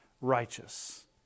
righteous